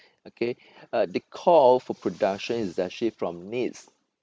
okay uh the call for production is actually from needs